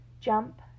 Jump